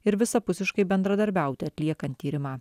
ir visapusiškai bendradarbiauti atliekant tyrimą